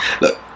Look